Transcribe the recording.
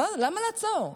למה לעצור?